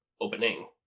opening